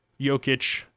Jokic